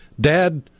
dad